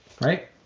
right